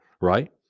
right